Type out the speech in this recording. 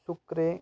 शुक्रे